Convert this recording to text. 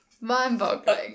Mind-boggling